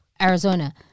arizona